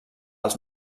als